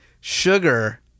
sugar